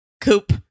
Coop